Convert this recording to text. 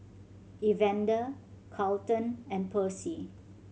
Evander Carleton and Percy